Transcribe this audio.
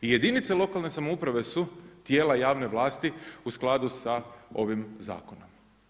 Jedinice lokalne samouprave su tijela javne vlasti u skladu sa ovim zakonom.